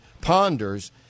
ponders